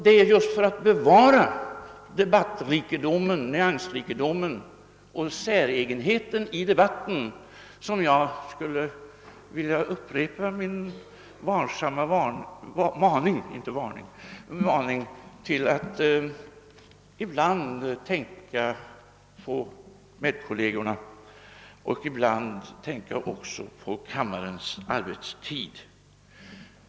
Det är just för att bevara nyansrikedomen och det säregna i debatten som jag skulle vilja upprepa min varsamma maning att ibland tänka på kollegerna och ibland tänka också på kammarens arbetstid.